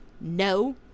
No